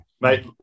Mate